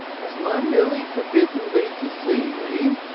has my milly forbidden thee to see me?